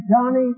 Johnny